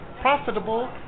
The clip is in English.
profitable